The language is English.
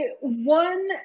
One